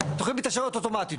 התוכנית מתאשרת אוטומטי,